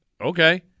okay